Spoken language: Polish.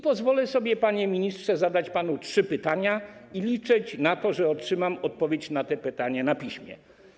Pozwolę sobie, panie ministrze, zadać panu trzy pytania i liczyć na to, że otrzymam odpowiedź na te pytania na piśmie.